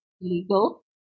legal